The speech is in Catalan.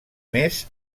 més